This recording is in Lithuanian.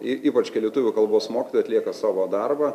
ir ypač kai lietuvių kalbos mokytoja atlieka savo darbą